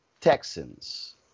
Texans